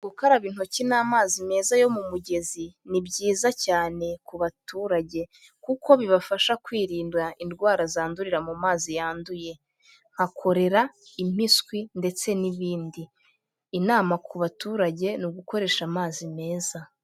Gukaraba intoki n'amazi meza yo mu mugezi ni byiza cyane ku baturage, kuko bibafasha kwirinda indwara zandurira mu mazi yanduye nka korera, impiswi, ndetse n'ibindi...; inama ku baturage ni ugukoresha amazi meza.